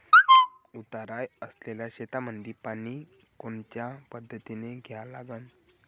उतार असलेल्या शेतामंदी पानी कोनच्या पद्धतीने द्या लागन?